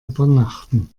übernachten